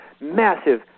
massive